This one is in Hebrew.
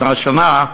שנה-שנה,